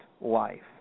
life